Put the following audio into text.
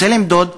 רוצה למדוד.